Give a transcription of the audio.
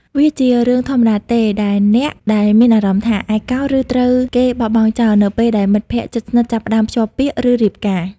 វាជារឿងធម្មតាទេដែលអ្នកដែលមានអារម្មណ៍ថា ឯកា ឬត្រូវគេបោះបង់ចោល នៅពេលដែលមិត្តភក្តិជិតស្និទ្ធចាប់ផ្តើមភ្ជាប់ពាក្យ ឬរៀបការ។